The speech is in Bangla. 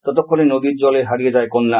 ততক্ষণে নদীর জলে হারিয়ে যায় কন্যা